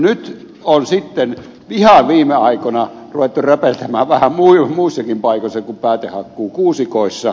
nyt on sitten ihan viime aikoina ruvettu räpeltämään vähän muissakin paikoissa kuin päätehakkuukuusikoissa